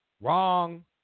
Wrong